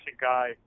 guy